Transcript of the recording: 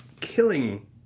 killing